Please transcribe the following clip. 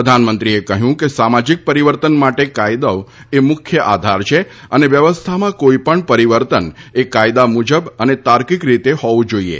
પ્રધાનમંત્રીએ કહ્યું કે સામાજીક પરિવર્તન માટે કાયદોએ મુખ્ય આધાર છે અને વ્સવસ્થામાં કોઇ પણ પરિવર્તન એ કાયદા મુજબ અને તાર્કિક રીતે હોવુ જોઇએ